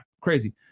crazy